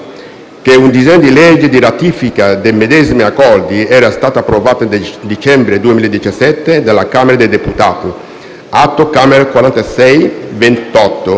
che un disegno di legge di ratifica dei medesimi Accordi era stato approvato nel dicembre 2017 dalla Camera dei deputati (Atto Camera 4628),